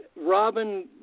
Robin